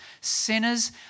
Sinners